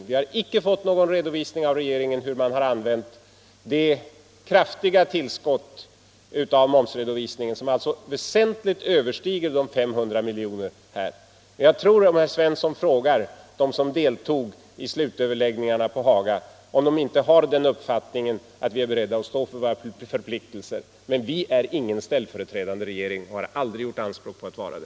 Och vi har av regeringen inte fått någon redovisning för hur man använt det kraftiga tillskottet från omsättningsskatten, vilket väsentligt överstiger de 500 miljoner som det nu rör sig om. Herr Svensson i Kungälv kan ju fråga dem som deltog i slutöverläggningarna på Haga om de inte har den uppfattningen att vi är beredda att stå för våra förpliktelser. Men vi är ingen ställföreträdande regering och har aldrig gjort anspråk på att vara det.